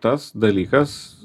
tas dalykas